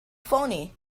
phoney